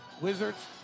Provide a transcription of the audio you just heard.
Wizards